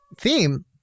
theme